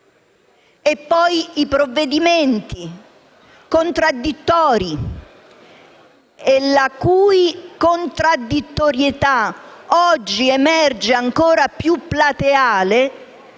poi, dei provvedimenti contraddittori, la cui contraddittorietà oggi emerge ancora più plateale